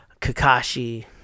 Kakashi